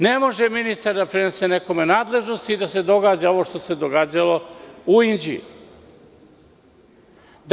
Ne može ministar da prenese nekome nadležnost i da se događa ovo što se sada događalo u Inđiji.